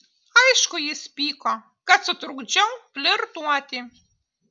aišku jis pyko kad sutrukdžiau flirtuoti